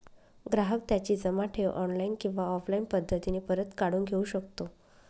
ग्राहक त्याची जमा ठेव ऑनलाईन किंवा ऑफलाईन पद्धतीने परत काढून घेऊ शकतो